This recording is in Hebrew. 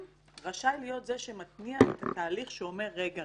רשאי להיות זה שמתניע את התהליך שאומר: רגע,